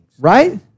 Right